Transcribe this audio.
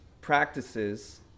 practices